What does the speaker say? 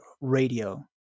radio